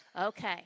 Okay